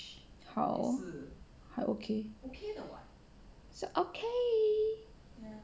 好还 okay 是 okay